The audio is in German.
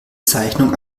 zeichnung